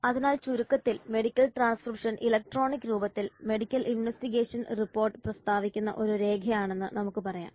അതിനാൽ ചുരുക്കത്തിൽ medical transcription electronic രൂപത്തിൽ മെഡിക്കൽ ഇൻവെസ്റ്റിഗേഷൻ റിപ്പോർട്ട് പ്രസ്താവിക്കുന്ന ഒരു രേഖയാണെന്ന് നമുക്ക് പറയാം